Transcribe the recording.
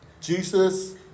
Jesus